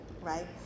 right